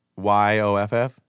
Yoff